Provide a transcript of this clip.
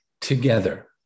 together